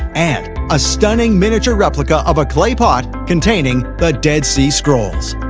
and a stunning miniature replica of a clay pot containing the dead sea scrolls.